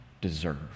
deserve